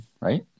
right